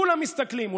כולם מסתכלים.